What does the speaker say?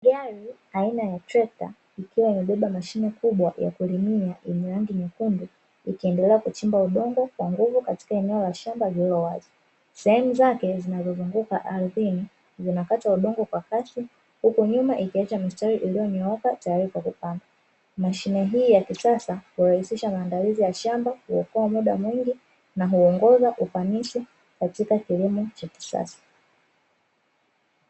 Gari aina ya trekta ikiwa imebeba mashine kubwa ya kulimia yenye rangi nyekundu ikiendelea kuchimba ubongo kwa nguvu katika eneo la shamba lililowali sehemu zake zinazozunguka ardhini zinakata udongo kwa kasi huko nyuma ikiacha mistari iliyonyooka tayari kwa kupanda mashine hii ya kisasa kurahisisha maandalizi ya shamba kuokoa muda mwingi na huongoza ufanisi katika kilimo cha kisasa.